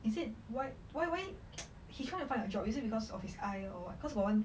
is it why why why he try to find a job is it because of his eye or what cause got one